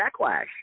backlash